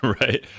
Right